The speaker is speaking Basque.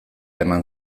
eman